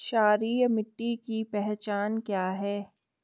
क्षारीय मिट्टी की पहचान क्या है?